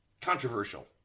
Controversial